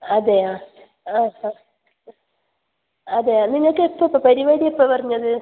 അതെയോ ആ ആ അതെയോ നിങ്ങൾക്ക് എപ്പോൾ പരിപാടി എപ്പം പറഞ്ഞത്